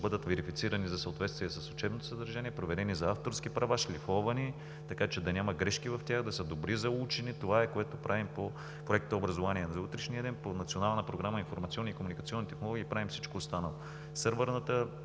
бъдат верифицирани за съответствие с учебното съдържание, проверени за авторски права, шлифовани, така че да няма грешки в тях, да са добри за учене. Това е, което правим по Проекта „Образование за утрешния ден“. По Национална програма „Информационни и комуникационни технологии“ правим всичко останало: сървърната